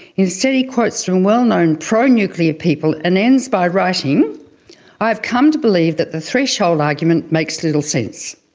instead he quotes from well-known pro-nuclear people, and ends by writing i have come to believe that the threshold argument makes little sense.